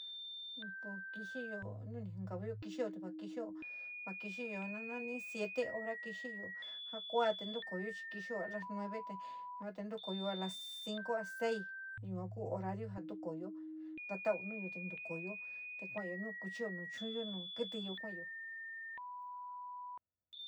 Un pos kixiyo un ni nunkavayo kixiyo te va kixio nanani siete hora kixio ja kuate ntokooyo chi kixio a las nueve te yua ntukooyo a las cinco a sei yua ku horario ja ntukooyo natau noyo ntu kooyo kuayo un kuchio, un chuuyo, un kítíyo kuayo.